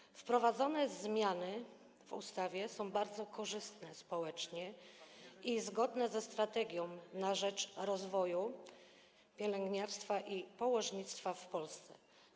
Zmiany wprowadzone w ustawie są bardzo korzystne społecznie i zgodne ze „Strategią na rzecz rozwoju pielęgniarstwa i położnictwa w Polsce”